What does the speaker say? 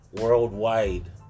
worldwide